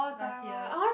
last year